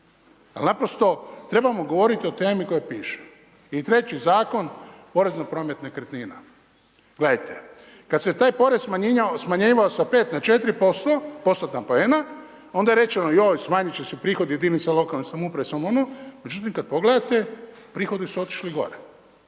Naprosto trebamo govoriti o temi koja piše. I treći Zakon, porez na promet nekretnina. Gledajte, kad se taj porez smanjivao sa 5 na 4 postotna poena, onda je rečeno, joj, smanjit će se prihodi jedinice lokalne samouprave .../Govornik se ne razumije./... Međutim, kad pogledate, prihodi su otišli gore.